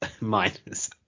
Minus